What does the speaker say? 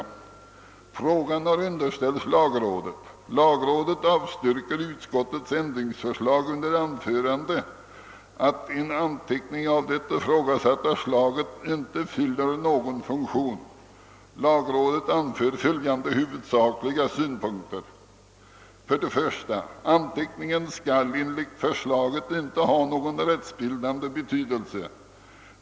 Frågan har underställts lagrådet. Lagrådet avstyrker utskottets ändringsförslag under anförande att en anteckning av det ifrågasatta slaget inte fyller någon funktion. Lagrådet anför följande huvudsakliga Synpunkter. 1. Anteckningen skall enligt förslaget inte ha någon rättsbildande betydelse.